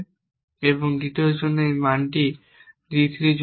এবং d 2 এর জন্য এই মান এবং d 3 এর জন্য এই মান